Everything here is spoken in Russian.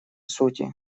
сути